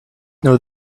know